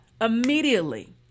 immediately